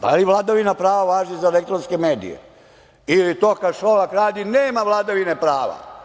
Da li vladavina prva važi za elektronske medije ili to kad Šolak radi nema vladavine prava?